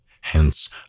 Hence